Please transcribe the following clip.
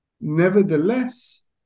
Nevertheless